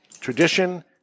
tradition